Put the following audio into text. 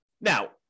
Now